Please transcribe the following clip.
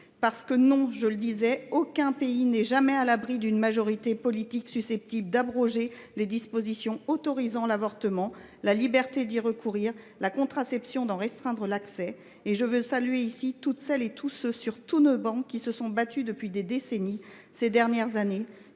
fondamentaux. En effet, aucun pays n’est jamais à l’abri d’une majorité politique susceptible d’abroger les dispositions autorisant l’avortement, la liberté d’y recourir et la contraception, ou d’en restreindre l’accès. Je veux saluer ici toutes celles et tous ceux, sur toutes nos travées, qui se sont battus, depuis des décennies comme ces dernières années,